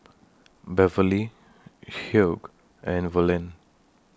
Beverlee Hugh and Verlyn